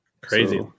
crazy